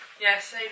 Yes